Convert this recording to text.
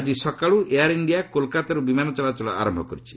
ଆଜି ସକାଳୁ Air India କୋଲ୍କାତାରୁ ବିମାନ ଚଳାଚଳ ଆରମ୍ଭ କରିଛି